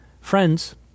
Friends